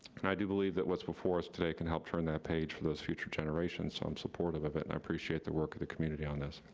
i do believe that what's before us today can help turn that page for those future generations. so i'm supportive of it and i appreciate the work of the community on this.